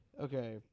Okay